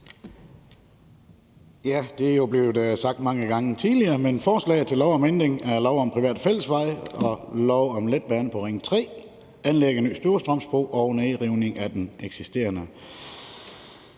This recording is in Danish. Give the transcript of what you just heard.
Det er jo blevet sagt mange gange tidligere, men vi behandler forslaget til lov om ændring af lov om private fællesveje, lov om letbane på Ring 3 og lov om anlæg af en ny Storstrømsbro og nedrivning af den eksisterende